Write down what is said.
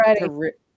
ready